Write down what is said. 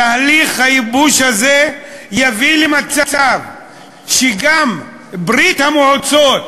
תהליך הייבוש הזה יביא למצב שגם ברית המועצות,